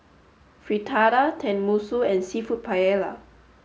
Fritada Tenmusu and Seafood Paella